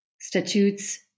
statutes